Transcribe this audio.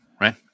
right